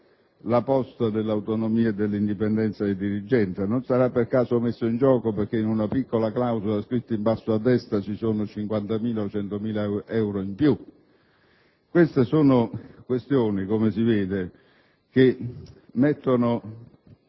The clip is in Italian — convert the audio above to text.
la posta dell'autonomia e dell'indipendenza dei dirigenti? Non sarà messa in gioco perché in una piccola clausola scritta in basso a destra ci sono 50.000 o 100.000 euro in più? Si tratta di questioni che mettono